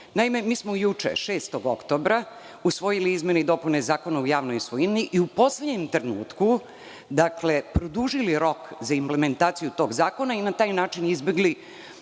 juče smo, 6. oktobra, usvojili izmene i dopune Zakona o javnoj svojini i u poslednjem trenutku produžili rok za implementaciju tog zakona i na taj način izbegli